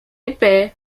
épais